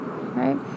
right